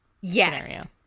Yes